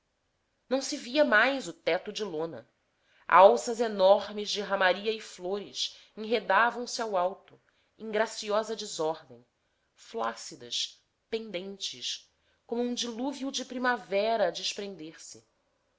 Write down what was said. não se via mais o teto de lona alças enormes de ramaria e flores enredavam se ao alto em graciosa desordem flácidas pendentes como um dilúvio de primavera a desprender-se